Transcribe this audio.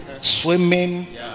swimming